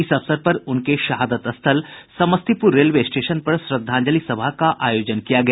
इस अवसर पर उनके शहादत स्थल समस्तीपूर रेलवे स्टेशन पर श्रद्धांजलि सभा का आयोजन किया गया